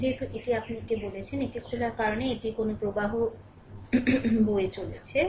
যেহেতু এটি আপনি এটিকে বলছেন এটি খোলার কারণে এটি কোনও current বয়ে চলেছে না